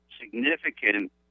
significant